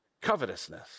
covetousness